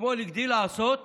אתמול הגדילה לעשות